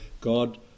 God